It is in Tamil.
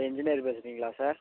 இன்ஜினியர் பேசுகிறீங்களா சார்